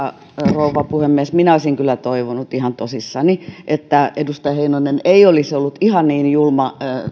rouva puhemies minä olisin kyllä toivonut ihan tosissani että edustaja heinonen ei olisi ollut ihan niin julma